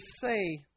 say